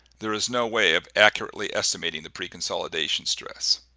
there is now way of accurately estimating the preconsolidation stress.